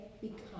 become